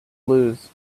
lose